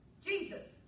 Jesus